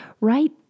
right